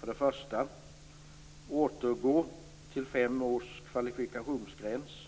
För det första återgå till fem års kvalifikationsgräns